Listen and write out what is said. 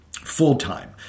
full-time